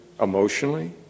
emotionally